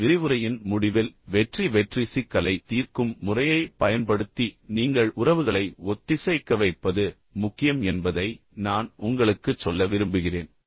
இந்த விரிவுரையின் முடிவில் வெற்றி வெற்றி சிக்கலை தீர்க்கும் முறையை பயன்படுத்தி நீங்கள் உறவுகளை ஒத்திசைக்க வைப்பது முக்கியம் என்பதை நான் உங்களுக்குச் சொல்ல விரும்புகிறேன்